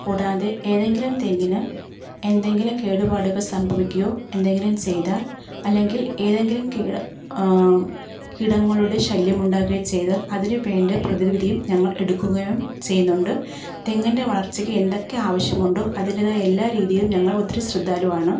കൂടാതെ ഏതെങ്കിലും തെങ്ങിന് എന്തെങ്കിലും കേടുപാടുകൾ സംഭവിക്കുകയോ എന്തെങ്കിലും ചെയ്താൽ അല്ലെങ്കിൽ ഏതെങ്കിലും കീട കീടങ്ങളുടെ ശല്യമുണ്ടാകുകയോ ചെയ്താൽ അതിനുവേണ്ട പ്രതിവിധിയും ഞങ്ങൾ എടുക്കുകയും ചെയ്യുന്നുണ്ട് തെങ്ങിൻ്റെ വളർച്ചയ്ക്ക് എന്തൊക്കെ ആവശ്യമുണ്ടോ അതിൻറേതായ എല്ലാ രീതിയിലും ഞങ്ങൾ ഒത്തിരി ശ്രദ്ധാലുവാണ്